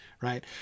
Right